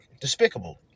Despicable